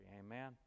Amen